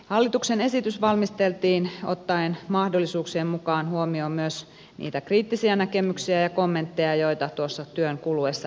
hallituksen esitys valmisteltiin ottaen mahdollisuuksien mukaan huomioon myös niitä kriittisiä näkemyksiä ja kommentteja joita tuossa työn kuluessa esitettiin